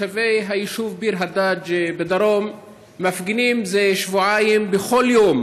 תושבי היישוב ביר הדאג' בדרום מפגינים זה שבועיים בכל יום